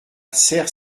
serres